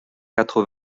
quatre